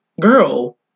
Girl